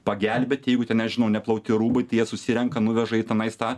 pagelbėti jeigu ten nežinau neplauti rūbai tia jie susirenka nuveža į tenais tą